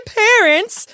parents